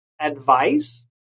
advice